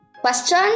question